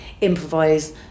improvise